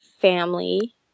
family